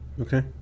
okay